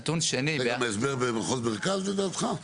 זה גם ההסבר במחוז מרכז לדעתך?